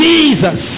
Jesus